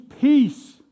peace